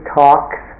talks